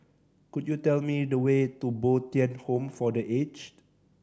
could you tell me the way to Bo Tien Home for The Aged